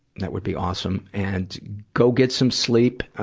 that would be awesome. and, go get some sleep. ah